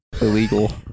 illegal